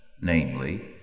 namely